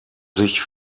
sich